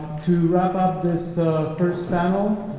to wrap up this first panel,